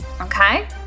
Okay